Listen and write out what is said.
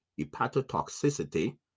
hepatotoxicity